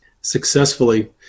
successfully